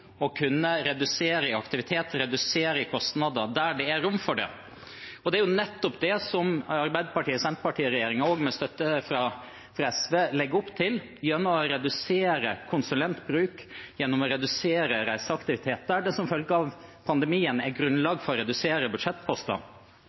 å kunne redusere i aktivitet og redusere i kostnader der det er rom for det. Det er jo nettopp det Arbeiderparti–Senterparti-regjeringen, med støtte fra SV, legger opp til – gjennom å redusere konsulentbruk, gjennom å redusere reiseaktivitet – der det som følge av pandemien er